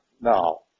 now